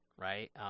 right